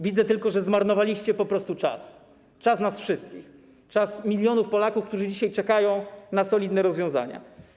Widzę tylko, że zmarnowaliście po prostu czas, czas nas wszystkich, czas milionów Polaków, którzy dzisiaj czekają na solidne rozwiązania.